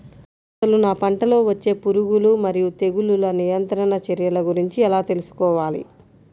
అసలు నా పంటలో వచ్చే పురుగులు మరియు తెగులుల నియంత్రణ చర్యల గురించి ఎలా తెలుసుకోవాలి?